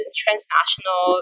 transnational